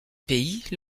pays